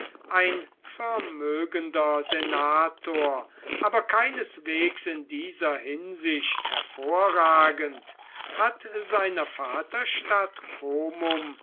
ein vermögender senator aber keineswegs in dieser hinsicht hervorragend hat seiner vaterstadt comum